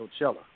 Coachella